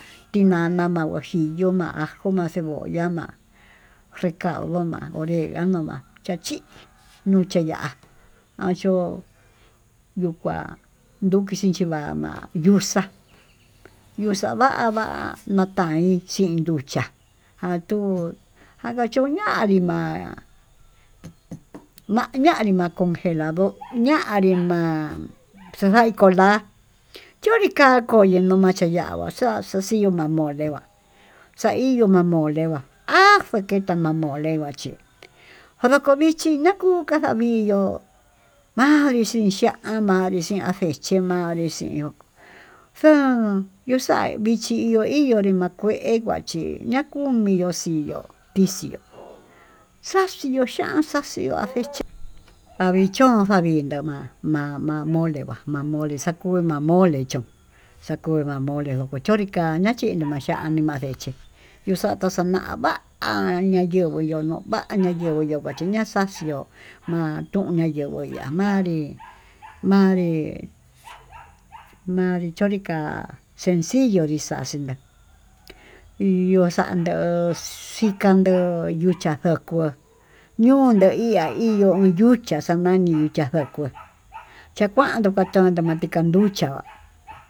Chinana ma'a huajillo ma'a njuna cebolla na'a recaudó ma'a oreganó ma'a chachí nucha ya'á, acho'o yuu kuá nduki xhinchi va'a ma'á yuxa yuxadava'a nataín chí nduchia, atuu akachuñanrí ma'a ñanrí ma'a congelado nanri na'a ma'a xaxaí konda'a yunri kaia koi numa'a che'e yangua xaxa xhiuu ma'an mole ha xaiyo ma'a mole ma'a, ajo keta ma'a mole va'a chí njodo kovichí nakuu caja vindo'o manri chincha'a manri chin acexhi manrí chi ihó xuun yuxa'a xichi iho hí onre makue kaí chi yakuiyo xii yo'o tixió xaxhión xhian xaxhión axeke favi chón xavinta ma-ma-mole má mole xakuun ma'a molé chón xakuu ma'a mole ndokochonrí kaña chí nimacha nimandeché yuu taxa'a xama'a va'á anyenguu yono va'á ñayenguu machiña maxaxió van tuu nayenguo ya'manri manri manri chonri ka'a sencillo nixaxiká nii o'o xando'o xikanyuu yukan xoko nuu yunden ihá iyo'ó koo yuxhiá xananí nicha xakoí chakuando machando kayatiká lucha'a.